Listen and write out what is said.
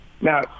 Now